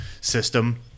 system